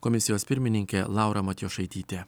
komisijos pirmininkė laura matijošaitytė